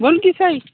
बोल की सई